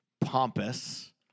pompous